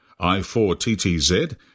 I4TTZ